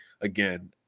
again